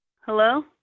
Hello